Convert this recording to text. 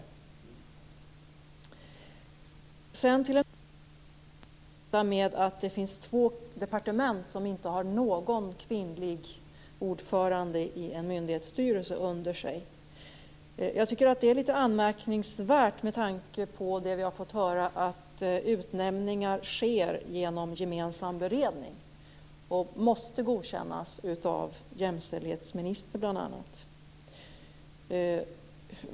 Det är litet anmärkningsvärt att det finns två departement som under sig inte har någon kvinnlig ordförande i en myndighetsstyrelse med tanke på att vi har fått höra att utnämningar sker genom gemensam beredning och måste godkännas bl.a. av jämställdhetsministern.